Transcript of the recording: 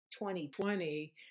2020